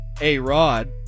A-Rod